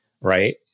right